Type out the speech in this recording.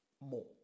more